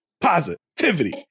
positivity